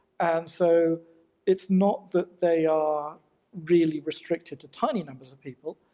and so it's not that they are really restricted to tiny numbers of people,